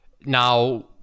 now